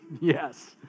Yes